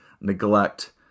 neglect